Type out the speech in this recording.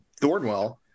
Thornwell